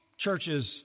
churches